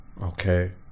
Okay